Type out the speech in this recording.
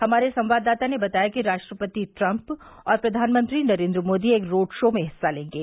हमारे संवाददाता ने बताया कि राष्ट्रपति ट्रंप और प्रधानमंत्री नरेन्द्र मोदी एक रोड़ शो में हिस्सा लेंगे